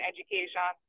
Education